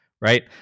Right